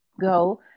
go